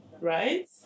right